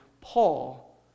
Paul